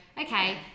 okay